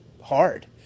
hard